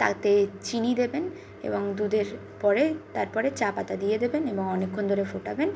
তাতে চিনি দেবেন এবং দুধের পরে তারপরে চা পাতা দিয়ে দেবেন এবং অনেক্ষণ ধরে ফোটাবেন